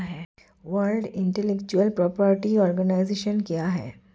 World intellectual property organisation क्या है?